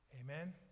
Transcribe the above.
Amen